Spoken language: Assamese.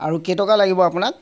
আৰু কেই টকা লাগিব আপোনাক